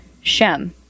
Shem